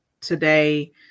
today